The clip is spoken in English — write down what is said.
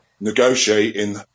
negotiating